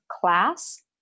class